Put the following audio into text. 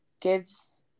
gives